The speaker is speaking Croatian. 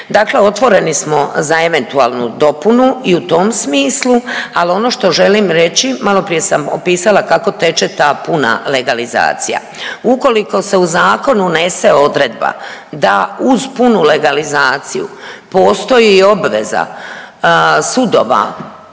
Dakle, otvoreni smo za eventualnu dopunu i u tom smislu. Al ono što želim reći, maloprije sam opisala kako teče ta puna legalizacija ukoliko se u zakonu unese odredba da uz punu legalizaciju postoji i obveza sudova